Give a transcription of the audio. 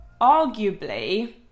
arguably